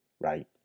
right